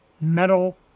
Metal